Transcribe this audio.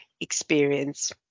experience